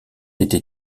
été